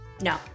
No